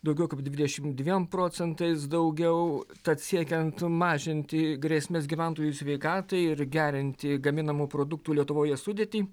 daugiau kaip dvidešimt dviem procentais daugiau tad siekiant mažinti grėsmes gyventojų sveikatai ir gerinti gaminamų produktų lietuvoje sudėtį